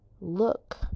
look